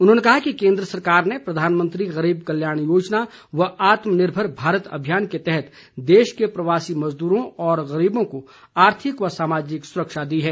उन्होंने कहा कि केन्द्र सरकार ने प्रधानमंत्री गरीब कल्याण योजना व आत्मनिर्भर भारत अभियान के तहत देश के प्रवासी मजदूरों और गरीबों को आर्थिक व सामाजिक सुरक्षा दी है